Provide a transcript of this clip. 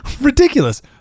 ridiculous